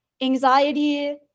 anxiety